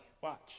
watch